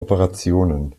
operationen